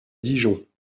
dijon